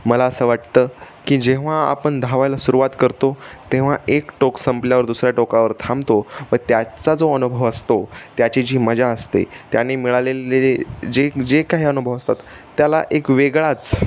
मला असं वाटतं की जेव्हा आपण धावायला सुरुवात करतो तेव्हा एक टोक संपल्यावर दुसऱ्या टोकावर थांबतो व त्याचा जो अनुभव असतो त्याची जी मजा असते त्याने मिळालेले जे जे काही अनुभव असतात त्याला एक वेगळाच